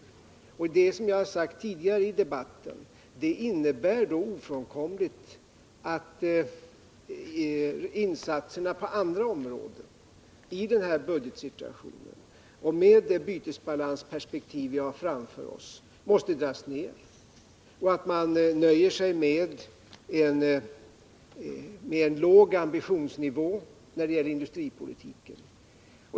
Detta innebär, som jag har sagt tidigare i debatten, ofrånkomligen att insatser på andra områden i nuvarande budgetsituation och med det bytesbalansperspektiv vi har framför oss måste dras ner och att man nöjer sig med en låg ambitionsnivå när det gäller industripolitiken.